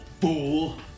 fool